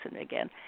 again